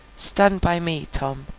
stand by me, tom,